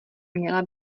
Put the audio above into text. měla